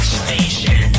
station